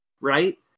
right